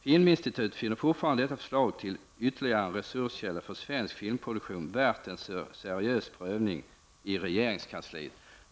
Filminstitutet finner fortfarande detta förslag till ytterligare resurskällor för svensk filmproduktion värt en seriös prövning i regeringskansliet.